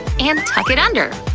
and tuck it under.